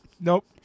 Nope